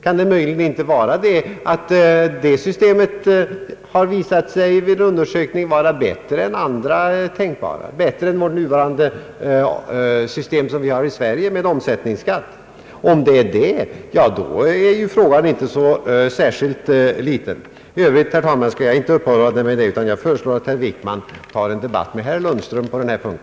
Kan det möjligen inte vara så, att det systemet vid undersökning har visat sig vara bättre än andra tänkbara, bättre än det system med omsättningsskatt som vi nu har i Sverige. Om det förhåller sig så, är ju frågan inte särskilt liten. I övrigt skall jag, herr talman, inte uppehålla mig vid detta spörsmål utan föreslår att statsrådet Wickman har en debatt med herr Lundström på denna punkt.